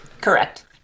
Correct